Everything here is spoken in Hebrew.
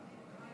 הכנסת,